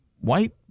white